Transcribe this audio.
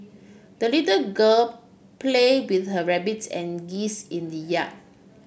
the little girl played with her rabbits and geese in the yard